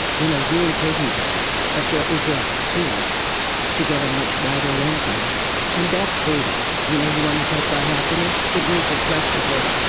you know, you imprison yourself. but there is a key to get a much wider lens on the world, and that's freedom. you know you want to talk about happiness? it means you're flexible,